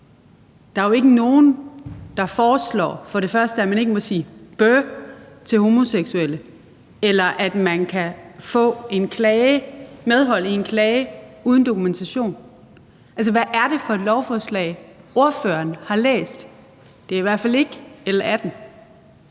Der er jo ikke nogen, der foreslår, at man ikke må sige bøh til homoseksuelle, eller at man kan få medhold i en klage uden dokumentation. Altså, hvad er det for et lovforslag, ordføreren har læst? Det er i hvert fald ikke L 18.